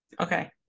Okay